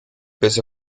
pese